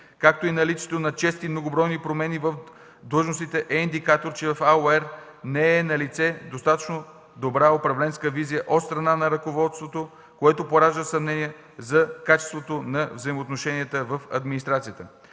както и наличието на чести и многобройни промени в длъжностите е индикатор, че в АУЕР не е налице достатъчно добра управленска визия от страна на ръководството, което поражда съмнение за качеството на взаимоотношенията в администрацията.